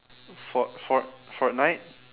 fort~ fort~ fortnite